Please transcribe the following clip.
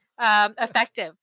effective